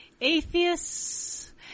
Atheists